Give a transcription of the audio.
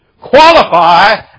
qualify